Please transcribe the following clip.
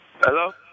Hello